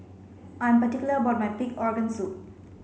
I'm particular about my pig organ soup